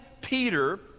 Peter